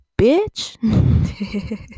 bitch